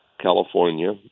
California